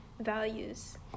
values